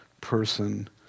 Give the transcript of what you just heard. person